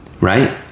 right